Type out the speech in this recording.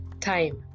time